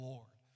Lord